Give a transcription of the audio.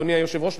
אדוני היושב-ראש.